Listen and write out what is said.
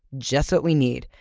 just what we need.